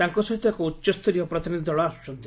ତାଙ୍କ ସହିତ ଏକ ଉଚ୍ଚସ୍ତରୀୟ ପ୍ରତିନିଧି ଦଳ ଆସୁଛନ୍ତି